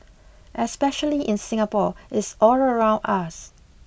especially in Singapore it's all around us